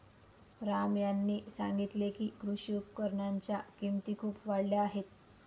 राम यांनी सांगितले की, कृषी उपकरणांच्या किमती खूप वाढल्या आहेत